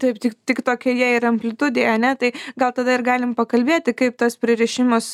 taip tik tik tokioje ir amplitudėje ane tai gal tada ir galim pakalbėti kaip tas pririšimas